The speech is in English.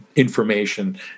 information